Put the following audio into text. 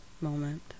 moment